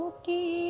Okay